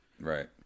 Right